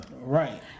Right